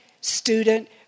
Student